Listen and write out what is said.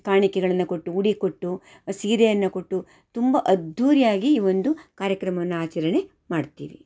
ಕಾಣಿಕೆಗಳನ್ನು ಕೊಟ್ಟು ಉಡಿ ಕೊಟ್ಟು ಸೀರೆಯನ್ನು ಕೊಟ್ಟು ತುಂಬ ಅದ್ಧೂರಿಯಾಗಿ ಒಂದು ಕಾರ್ಯಕ್ರಮವನ್ನು ಆಚರಣೆ ಮಾಡ್ತೀವಿ